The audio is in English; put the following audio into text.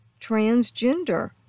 transgender